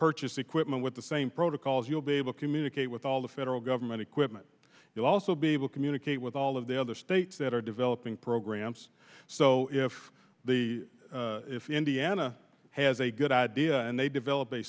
purchase equipment with the same protocols you'll be able communicate with all the federal government equipment you'll also be able communicate with all of the other states that are developing programs so if the if indiana has a good idea and they develop a